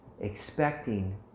expecting